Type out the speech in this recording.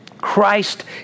Christ